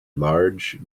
large